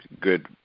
good